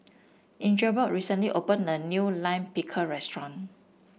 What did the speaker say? Ingeborg recently opened a new Lime Pickle restaurant